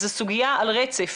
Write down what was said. זו סוגיה על רצף,